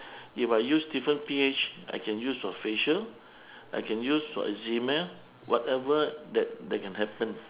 if I use different P_H I can use for facial I can use for eczema whatever that that can happen